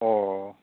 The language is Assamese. অঁ